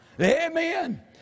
Amen